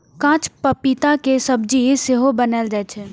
कांच पपीता के सब्जी सेहो बनाएल जाइ छै